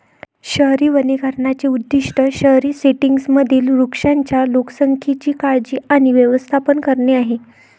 शहरी वनीकरणाचे उद्दीष्ट शहरी सेटिंग्जमधील वृक्षांच्या लोकसंख्येची काळजी आणि व्यवस्थापन करणे आहे